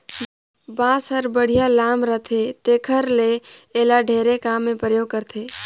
बांस हर बड़िहा लाम रहथे तेखर ले एला ढेरे काम मे परयोग करथे